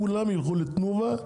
כולם ילכו ל"תנובה",